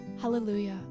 Hallelujah